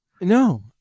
No